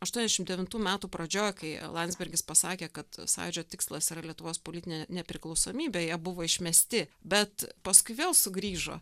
aštuoniasdešim devintų metų pradžioj kai landsbergis pasakė kad sąjūdžio tikslas yra lietuvos politinė nepriklausomybė jie buvo išmesti bet paskui vėl sugrįžo